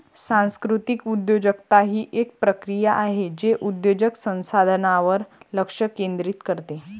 सांस्कृतिक उद्योजकता ही एक प्रक्रिया आहे जे उद्योजक संसाधनांवर लक्ष केंद्रित करते